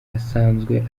asanzwe